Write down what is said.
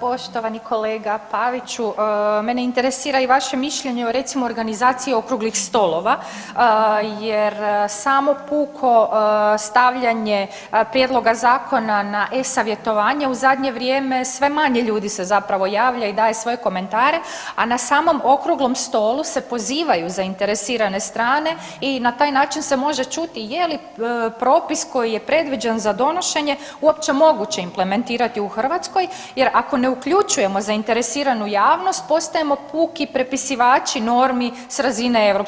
Poštovani kolega Paviću, mene interesira i vaše mišljenje o recimo organizaciji Okruglih stolova jer samo puko stavljanje prijedloga zakona na e-savjetovanje u zadnje vrijeme sve manje ljudi se zapravo javlja i daje svoje komentare, a na samom Okruglom stolu se pozivaju zainteresirane strane i na taj način se može čuti je li propis koji je predviđen za donošenje uopće moguće implementirati u Hrvatskoj jer ako ne uključujemo zainteresiranu javnost postajemo puki prepisivači normi s razine EU,